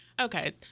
Okay